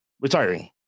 retiring